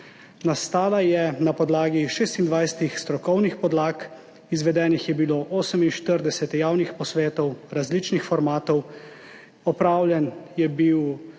Nastala je na podlagi 26 strokovnih podlag, izvedenih je bilo 48 javnih posvetov različnih formatov, opravljena je bila